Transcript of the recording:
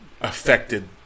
affected